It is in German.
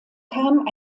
kam